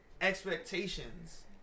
Expectations